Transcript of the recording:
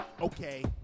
Okay